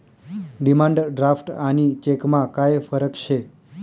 demand draft आणि चेकमा काय फरक शे